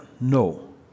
no